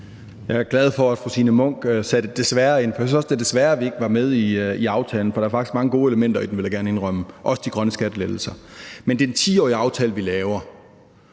Jeg er glad for, at fru Signe Munk satte »desværre« ind i sin tale, for jeg synes også, at det er »desværre«, at vi ikke er med i aftalen, for der er faktisk mange gode elementer i den, vil jeg gerne indrømme – også de grønne skattelettelser. Men det er en 10-årig aftale, man laver,